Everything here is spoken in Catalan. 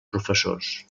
professors